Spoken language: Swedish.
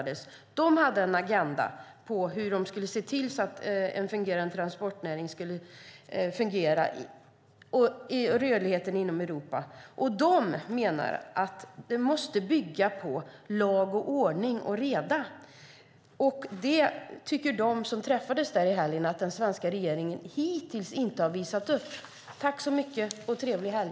De har en agenda för hur man ska se till att transportnäringen och rörligheten i Europa fungerar. De menar att det måste bygga på lag, ordning och reda. De som träffades i helgen tycker att den svenska regeringen hittills inte har visat det. Tack så mycket och trevlig helg!